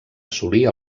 assolir